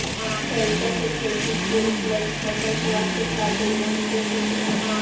इ तरीका से खेती से उपजल फसल स्वास्थ्य खातिर बहुते ठीक रहेला